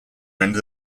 render